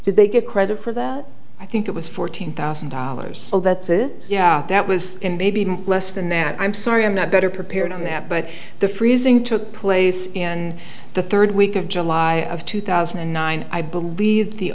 did they get credit for that i think it was fourteen thousand dollars well that's it yeah that was in they be less than that i'm sorry i'm not better prepared than that but the freezing took place in the third week of july of two thousand and nine i believe the